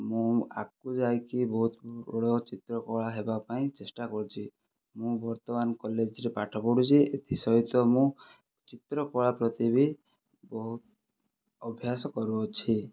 ମୁଁ ଆଗକୁ ଯାଇକି ବହୁତ ବଡ଼ ଚିତ୍ର କଳା ହେବା ପାଇଁ ଚେଷ୍ଟା କରୁଛି ମୁଁ ବର୍ତ୍ତମାନ କଲେଜରେ ପାଠ ପଢ଼ୁଛି ଏଥିସହିତ ମୁଁ ଚିତ୍ର କଳା ପ୍ରତି ବି ବହୁତ ଅଭ୍ୟାସ କରୁଅଛି